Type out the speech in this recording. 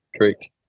Correct